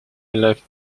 left